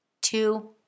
two